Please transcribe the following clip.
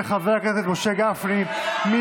(סמכות שיפוט),